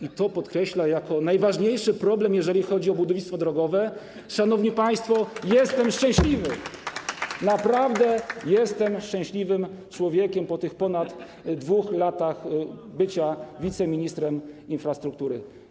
i podkreśla to jako najważniejszy problem, jeżeli chodzi o budownictwo drogowe, szanowni państwo, to jestem szczęśliwy, naprawdę jestem szczęśliwym człowiekiem po tych ponad 2 latach bycia wiceministrem infrastruktury.